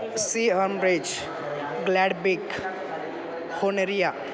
C अमब्रेज ग्लॅडबिक होनेरिया